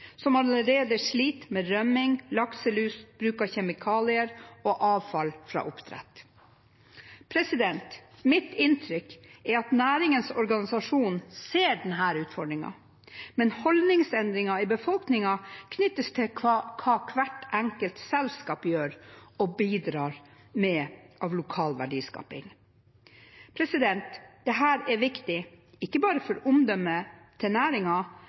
sliter allerede med rømning, lakselus, bruk av kjemikalier og avfall fra oppdrett. Mitt inntrykk er at næringens organisasjoner ser denne utfordringen, men holdningsendringer i befolkningen knyttes til hva hvert enkelt selskap gjør og bidrar med av lokal verdiskaping. Dette er viktig, ikke bare for omdømmet til